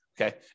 Okay